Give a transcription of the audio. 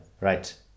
right